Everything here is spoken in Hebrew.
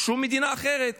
שום מדינה אחרת